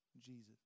Jesus